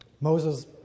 Moses